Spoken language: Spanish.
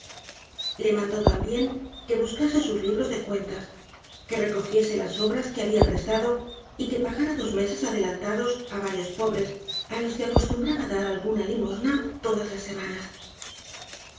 le mandó también que buscase sus libros de cuentas que recogiese las obras que habia prestado y que pagara dos meses adelantados á varios pobres á los que acostumbraba dar alguna limosna todas las semanas